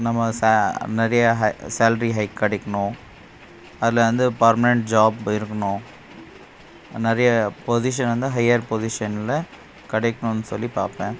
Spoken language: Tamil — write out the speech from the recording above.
நம்ம முன்னாடியே சேல்டிரி ஹைக் கிடைக்கணும் அதில் வந்து பர்மனென்ட் ஜாப் இருக்கணும் நிறைய பொசிசன் வந்து ஹையர் பொசிஷனில் கிடைக்கணும்னு சொல்லி பார்ப்பேன்